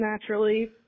naturally